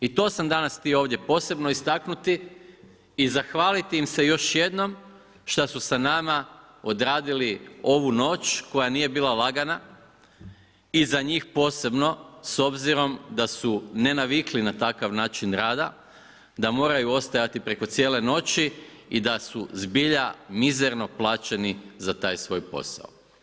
I to sam danas htio ovdje posebno istaknuti i zahvaliti im se još jednom šta su s nama odradili ovu noć koja nije bila lagana i za njih posebno s obzirom da su ne navikli na takav način rada, da moraju ostajati preko cijele noći i da su zbilja mizerno plaćeni za taj svoj posao.